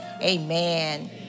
Amen